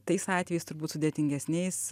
tais atvejais turbūt sudėtingesniais